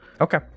Okay